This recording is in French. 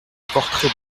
portrait